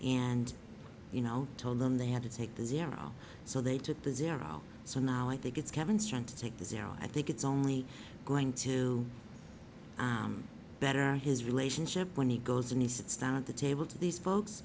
and you know told them they had to take the zero so they took the zero so now i think it's kevin's trying to take the zero and i think it's only going to better his relationship when he goes and he sits down at the table to these folks